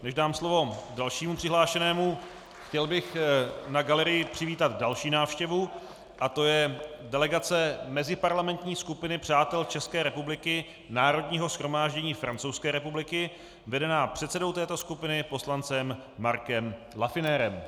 Než dám slovo dalšímu přihlášenému, chtěl bych na galerii přivítat další návštěvu a je to delegace Meziparlamentní skupiny přátel České republiky Národního shromáždění Francouzské republiky, vedená předsedou této skupiny poslancem Marcem Laffineurem.